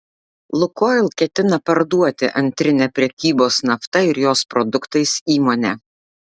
lukoil ketina parduoti antrinę prekybos nafta ir jos produktais įmonę